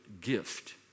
gift